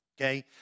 okay